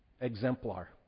exemplar